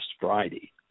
Friday